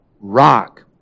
rock